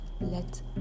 let